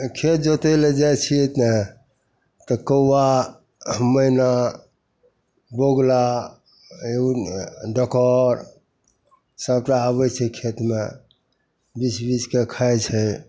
खेत जोतै ले जाइ छिए ने तऽ कौआ मैना बगुला एगो डोकहर सबटा अबै छै खेतमे बिछि बिछिके खाइ छै